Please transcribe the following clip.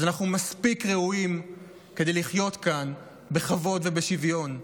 אז אנחנו מספיק ראויים כדי לחיות כאן בכבוד ובשוויון.